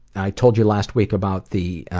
i told you last week about the